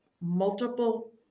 multiple